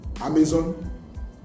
Amazon